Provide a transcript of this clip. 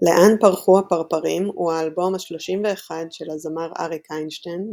לאן פרחו הפרפרים הוא האלבום ה-31 של הזמר אריק איינשטיין,